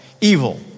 evil